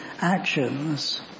actions